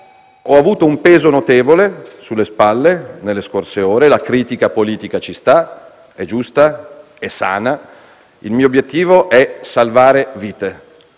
ho avuto un peso notevole sulle spalle. La critica politica ci sta, è giusta, è sana. Il mio obiettivo è salvare vite;